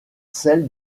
celle